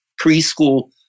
Preschool